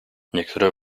niektóre